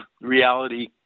reality